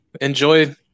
enjoy